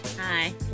Hi